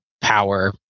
power